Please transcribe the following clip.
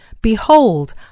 Behold